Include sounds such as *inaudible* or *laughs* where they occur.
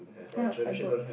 *laughs* I burped